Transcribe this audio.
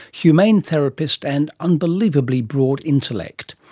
humane therapist, and unbelievably broad intellectual.